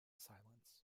silence